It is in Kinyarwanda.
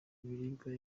ibiribwa